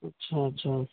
اچھا اچھا